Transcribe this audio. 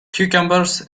cucumbers